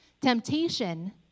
Temptation